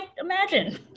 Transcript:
imagine